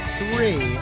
three